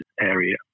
area